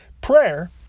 Prayer